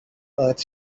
earth